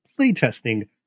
playtesting